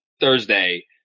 Thursday